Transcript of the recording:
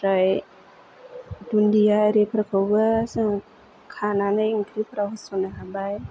ओमफ्राय दुन्डिया एरिफोरखौबो जों खानानै ओंख्रिफ्राव होसननो हाबाय